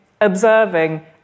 observing